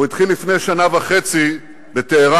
הוא התחיל לפני שנה וחצי בטהרן,